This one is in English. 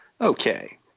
okay